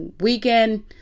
weekend